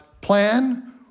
plan